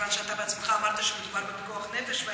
כיוון שאתה בעצמך אמרת שמדובר בפיקוח נפש?